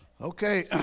okay